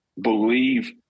believe